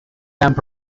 camp